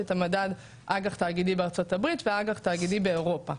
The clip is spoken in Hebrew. מדד אג"ח תאגידי בארצות הברית ואג"ח תאגידי באירופה.